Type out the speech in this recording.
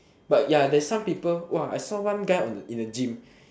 but ya there's some people !wow! I saw one guy in the gym